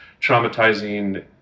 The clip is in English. traumatizing